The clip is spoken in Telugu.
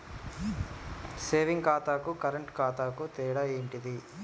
సేవింగ్ ఖాతాకు కరెంట్ ఖాతాకు తేడా ఏంటిది?